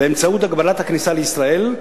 באמצעות הגבלת הכניסה לישראל,